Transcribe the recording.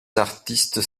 artistes